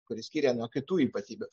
kuri skiria nuo kitų ypatybių